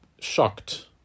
shocked